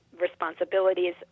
responsibilities